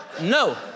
No